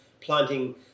planting